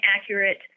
accurate